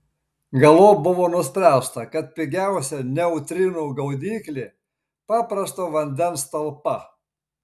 galop buvo nuspręsta kad pigiausia neutrinų gaudyklė paprasto vandens talpa